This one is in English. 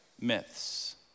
Myths